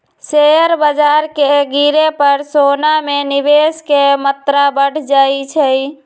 share बाजार के गिरे पर सोना में निवेश के मत्रा बढ़ जाइ छइ